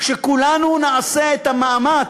שכולנו נעשה את המאמץ.